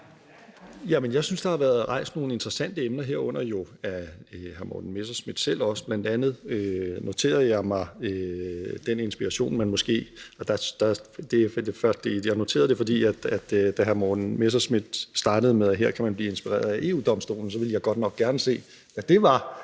jeg synes, at der har været rejst nogle interessante emner, herunder jo af hr. Morten Messerschmidt selv. Bl.a. noterede jeg mig den inspiration, man måske kunne få. Jeg noterede det, fordi hr. Morten Messerschmidt startede med at sige, at her kan man blive inspireret af EU-Domstolen, og så ville jeg godt nok gerne høre, hvad det var